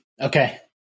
Okay